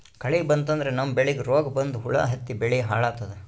ಕಳಿ ಬಂತಂದ್ರ ನಮ್ಮ್ ಬೆಳಿಗ್ ರೋಗ್ ಬಂದು ಹುಳಾ ಹತ್ತಿ ಬೆಳಿ ಹಾಳಾತದ್